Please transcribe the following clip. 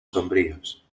sombríos